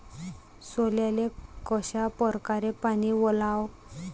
सोल्याले कशा परकारे पानी वलाव?